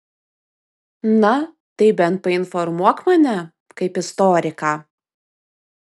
na tai bent painformuok mane kaip istoriką